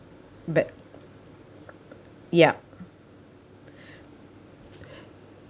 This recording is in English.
bad yup